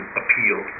appeal